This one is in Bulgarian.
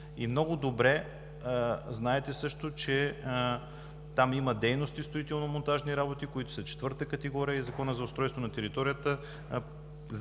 Много добре знаете също, че там има дейности, строително-монтажни работи, които са четвърта категория и Законът за устройство на територията